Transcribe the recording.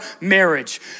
marriage